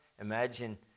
imagine